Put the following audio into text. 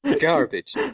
Garbage